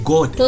God